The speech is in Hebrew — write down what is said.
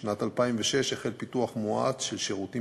משנת 2006 החל פיתוח מואץ של שירותים